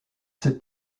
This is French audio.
ses